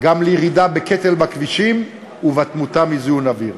גם לירידה בקטל בכבישים ובתמותה מזיהום אוויר.